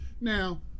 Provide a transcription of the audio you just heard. Now